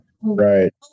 right